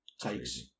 takes